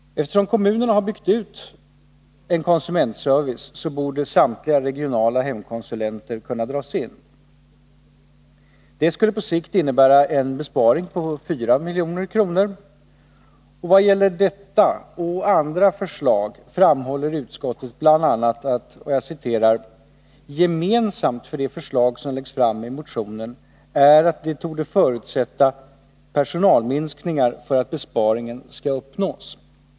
Eftersom kommunerna har byggt ut en konsumentservice, borde samtliga regionala hemkonsulenttjänster kunna dras in. Det skulle på sikt innebära en besparing på 4 milj.kr. Vad gäller detta och andra förslag framhåller utskottet bl.a.: ”Gemensamt för de förslag som läggs fram i motionen är att de torde 105 förutsätta personalminskningar för att besparingen skall uppnås.